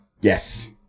yes